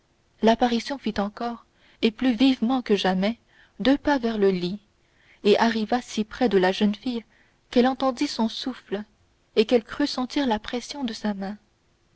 l'apparition fit encore et plus vivement que jamais deux pas vers le lit et arriva si près de la jeune fille qu'elle entendit son souffle et qu'elle crut sentir la pression de sa main